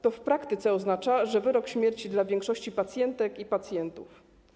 To w praktyce oznacza wyrok śmierci dla większości pacjentek i pacjentów.